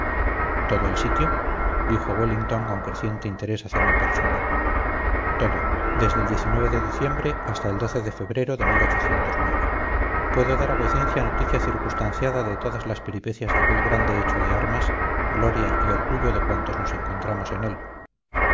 todo el sitio dijo wellington con creciente interés hacia mi persona todo desde el de diciembre hasta el de febrero de puedo dar a vuecencia noticia circunstanciada de todas las peripecias de aquel grande hecho de armas gloria y orgullo de cuantos nos encontramos en él